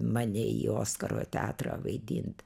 mane į oskaro teatrą vaidint